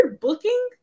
booking